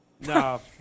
No